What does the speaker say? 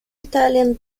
italian